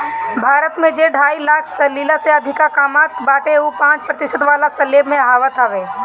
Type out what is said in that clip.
भारत में जे ढाई लाख सलीना से अधिका कामत बाटे उ पांच प्रतिशत वाला स्लेब में आवत हवे